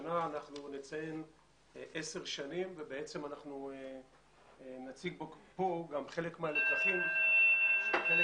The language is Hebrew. השנה אנחנו נציין 10 שנים ובעצם אנחנו נציג כאן חלק מהלקחים שהפקנו,